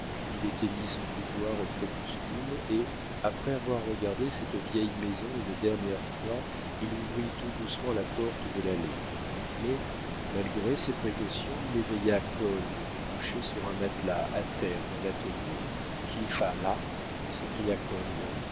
il éteignit son bougeoir au crépuscule et après avoir regardé cette vieille maison une dernière fois il ouvrit tout doucement la porte de l'allée mais malgré ses précautions il éveilla kolb qui couchait sur un matelas à terre dans l'atelier qui fa là